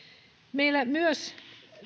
meillä myös